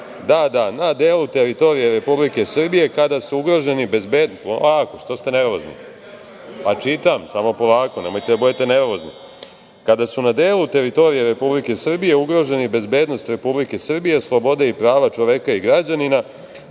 kada su na delu teritorije Republike Srbije ugroženi bezbednost Republike Srbije, sloboda i prava čoveka i građanina